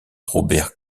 robert